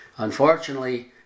Unfortunately